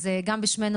אז גם בשמנו,